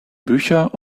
bücher